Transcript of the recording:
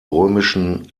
römischen